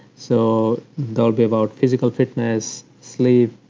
so they'll be about physical fitness sleep,